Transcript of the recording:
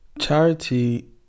charity